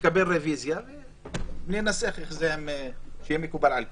תהיה רוויזיה וננסח שזה יהיה מקובל על כולם.